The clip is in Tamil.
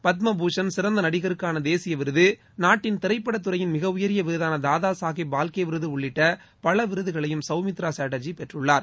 பத்மபூஷன் சிறந்த நடிகருக்கான தேசிய விருது நாட்டின் திரைப்படத் துறையின் மிக உயரிய விருதான தாதா சாகேப் பால்கே விருது உள்ளிட்ட பல விருதுகளையும் சௌமித்திரா சாட்டர்ஜி பெற்றுள்ளார்